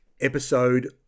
episode